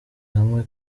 hamwe